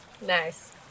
Nice